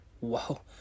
wow